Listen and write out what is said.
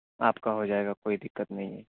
آپ کا ہو جائے گا کوئی دقت نہیں ہے